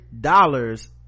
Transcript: dollars